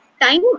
time